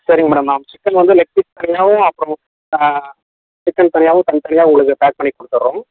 சரிங்க மேடம் நான் சிக்கன் வந்து லெக் பீஸ் தனியாகவும் அப்புறம் சிக்கன் தனியாகவும் தனித்தனியாக உங்களுக்கு பேக் பண்ணிக் கொடுத்துர்றோம்